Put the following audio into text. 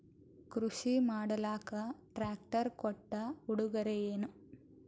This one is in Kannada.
ಕೃಷಿ ಮಾಡಲಾಕ ಟ್ರಾಕ್ಟರಿ ಕೊಟ್ಟ ಉಡುಗೊರೆಯೇನ?